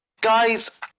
guys